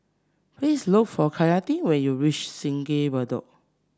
please look for Kailyn when you reach Sungei Bedok